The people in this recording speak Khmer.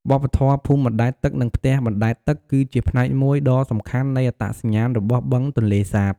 វប្បធម៌ភូមិបណ្ដែតទឹក និងផ្ទះបណ្ដែតទឹក គឺជាផ្នែកមួយដ៏សំខាន់នៃអត្តសញ្ញាណរបស់បឹងទន្លេសាប។